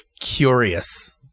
curious